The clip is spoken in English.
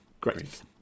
Great